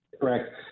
Correct